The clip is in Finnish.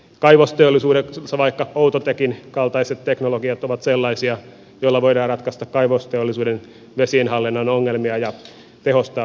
kaivosteollisuudessa vaikka outotecin kaltaiset teknologiat ovat sellaisia joilla voidaan ratkaista kaivosteollisuuden vesienhallinnan ongelmia ja tehostaa vesien käyttöä